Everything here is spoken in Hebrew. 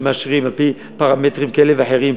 לא מאשרים על-פי פרמטרים כאלה ואחרים,